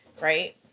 right